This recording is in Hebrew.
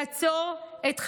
לעצור את חייהן,